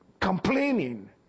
Complaining